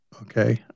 okay